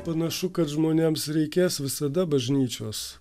panašu kad žmonėms reikės visada bažnyčios